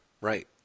right